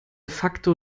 facto